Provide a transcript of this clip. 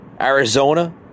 Arizona